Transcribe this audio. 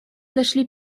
дошли